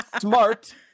Smart